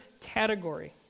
category